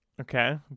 okay